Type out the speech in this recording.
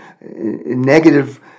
negative